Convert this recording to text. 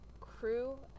crew